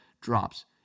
drops